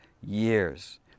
years